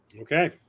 Okay